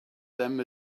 them